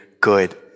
good